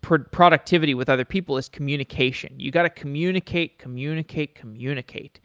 productivity with other people is communication. you got to communicate, communicate, communicate.